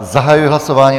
Zahajuji hlasování.